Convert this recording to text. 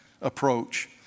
approach